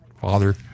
father